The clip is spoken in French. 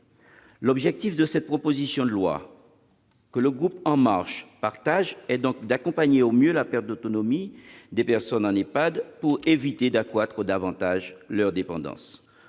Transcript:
L'objectif du présent texte, que le groupe La République En marche partage, est donc d'accompagner au mieux la perte d'autonomie des personnes en EHPAD, pour éviter d'accroître davantage leur dépendance.